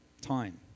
time